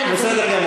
כן, אדוני.